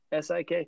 sik